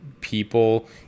people